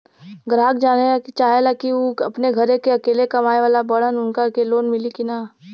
ग्राहक जानेला चाहे ले की ऊ अपने घरे के अकेले कमाये वाला बड़न उनका के लोन मिली कि न?